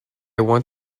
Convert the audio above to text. want